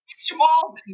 Jamal